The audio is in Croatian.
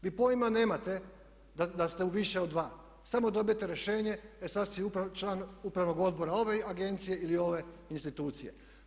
Vi pojma nemate da ste u više od dva, samo dobijete rješenje e sad si član upravnog odbora ove agencije ili ove institucije.